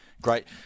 Great